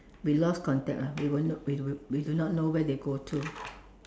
we lost contact lah we were not we we do not know where go to